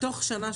בתוך שנה לסגור?